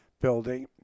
building